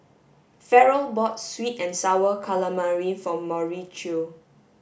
Ferrell bought sweet and sour calamari for Mauricio